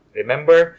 remember